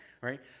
right